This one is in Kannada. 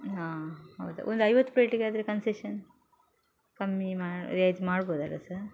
ಹಾಂ ಹೌದಾ ಒಂದು ಐವತ್ತು ಪ್ಲೇಟಿಗಾದರೆ ಕನ್ಸೆಷನ್ ಕಮ್ಮಿ ಮಾ ರಿಯಾಯಿತಿ ಮಾಡ್ಬೋದಲ್ಲ ಸರ್